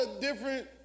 different